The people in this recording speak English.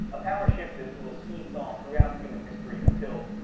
a power shift that will seesaw throughout human history until.